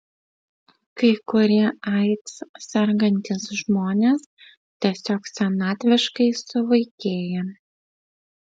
kai kurie aids sergantys žmonės tiesiog senatviškai suvaikėja